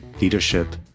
Leadership